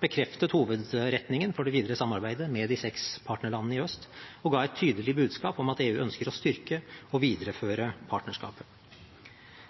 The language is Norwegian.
bekreftet hovedretningen for det videre samarbeidet med de seks partnerlandene i øst og ga et tydelig budskap om at EU ønsker å styrke og videreføre partnerskapet.